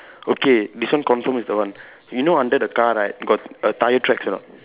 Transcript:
okay this one confirm is the one you know under the car right got a tyre tracks or not